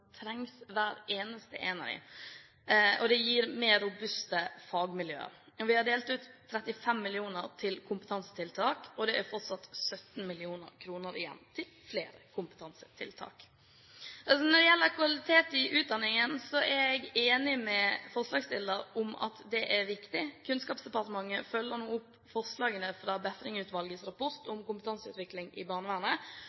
trengs, hver eneste én av dem, og det gir mer robuste fagmiljøer. Vi har delt ut 35 mill. kr til kompetansetiltak, og det er fortsatt 17 mill. kr igjen til flere kompetansetiltak. Når det gjelder kvalitet i utdanningen, er jeg enig med forslagsstiller om at det er viktig. Kunnskapsdepartementet følger nå opp forslagene fra Befring-utvalgets rapport